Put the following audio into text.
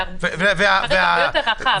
זה הרבה יותר רחב.